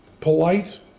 polite